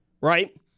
right